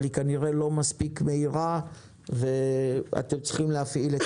אבל היא כנראה לא מהירה מספיק ואתם צריכים להפעיל את